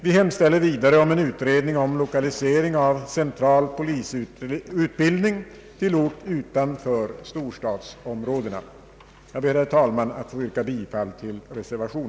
Vi hemstäl ler vidare om en utredning om lokalisering av central polisutbildning till ort utanför storstadsområdena. Jag ber, herr talman, att få yrka bifall till reservationen.